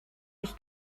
sich